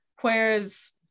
whereas